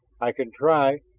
i can try.